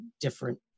different